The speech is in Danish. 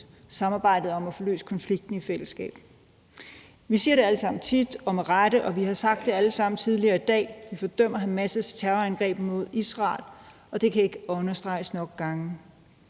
samarbejdet om at få løst konflikten i fællesskab. Vi siger det alle sammen tit og med rette, og vi har alle sammen sagt det tidligere i dag, altså at vi fordømmer Hamas' terrorangreb mod Israel, og det kan ikke understreges mange gange